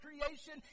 creation